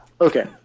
okay